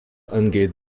angeht